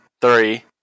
three